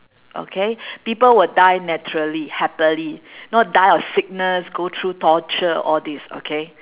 okay people will die naturally happily not die of sickness go through torture all this okay